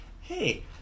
hey